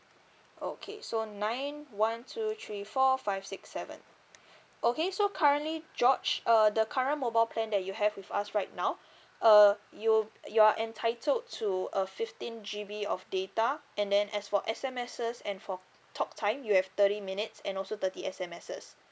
okay so nine one two three four five six seven okay so currently george uh the current mobile plan that you have with us right now uh you you're entitled to a fifteen G_B of data and then as for S_M_Ss and for talk time you have thirty minutes and also thirty S_M_Ss